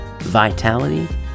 vitality